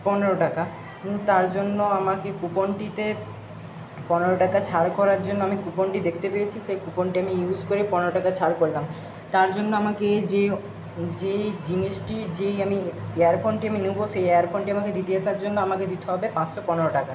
পনেরো টাকা তার জন্য আমাকে কুপনটিতে পনেরো টাকা ছাড় করার জন্য আমি কুপনটি দেখতে পেয়েছি সেই কুপনটি আমি ইউস করে পনেরো টাকা ছাড় করলাম তার জন্য আমাকে যে যেই জিনিসটি যেই আমি ইয়ারফোনটি আমি নেবো সেই ইয়ারফোনটি আমাকে দিতে আসার জন্য আমাকে দিতে হবে পাঁচশো পনেরো টাকা